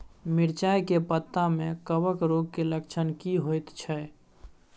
मिर्चाय के पत्ता में कवक रोग के लक्षण की होयत छै?